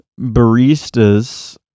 baristas